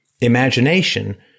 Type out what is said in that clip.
Imagination